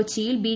കൊച്ചിയിൽ ബി